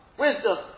wisdom